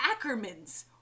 Ackermans